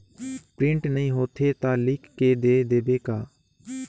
Print नइ होथे ता लिख के दे देबे का?